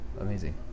amazing